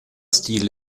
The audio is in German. stil